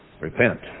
Repent